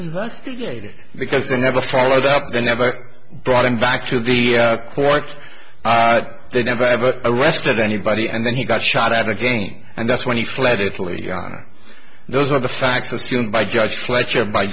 investigated because they never followed up the never brought him back to the court but they never ever arrested anybody and then he got shot at again and that's when he fled italy are those are the facts assumed by judge fletcher by